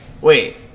wait